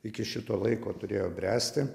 iki šito laiko turėjo bręsti